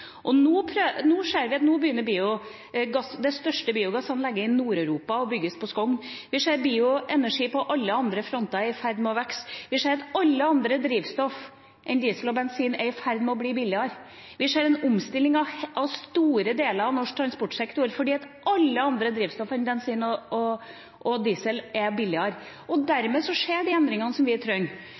konkurs. Nå ser vi at det største biogassanlegget i Nord-Europa bygges på Skogn. Vi ser at bioenergi på alle andre fronter er i ferd med å vokse. Vi ser at alt annet drivstoff enn diesel og bensin er i ferd med å bli billigere. Vi ser en omstilling av store deler av norsk transportsektor, fordi alt annet drivstoff enn bensin og diesel er billigere. Dermed skjer de endringene vi trenger.